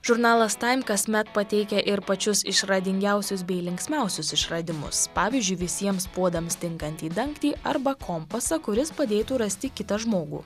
žurnalas time kasmet pateikia ir pačius išradingiausius bei linksmiausius išradimus pavyzdžiui visiems puodams tinkantį dangtį arba kompasą kuris padėtų rasti kitą žmogų